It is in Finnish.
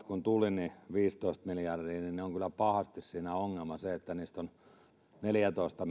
kun ensimmäiset rahat tulivat viisitoista miljardia niin siinä on kyllä pahasti ongelmana se että niistä on suurin piirtein neljätoista